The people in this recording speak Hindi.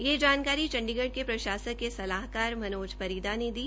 ये जानकारी चंडीगढ़ के प्रशासक के सलाहकार मनोज परीदा ने दी